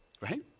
Right